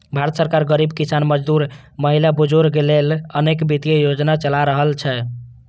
भारत सरकार गरीब, किसान, मजदूर, महिला, बुजुर्ग लेल अनेक वित्तीय योजना चला रहल छै